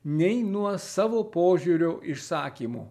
nei nuo savo požiūrio išsakymo